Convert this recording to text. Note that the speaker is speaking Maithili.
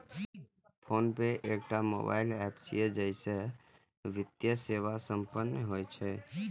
फोनपे एकटा मोबाइल एप छियै, जइसे वित्तीय सेवा संपन्न होइ छै